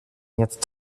jetzt